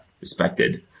respected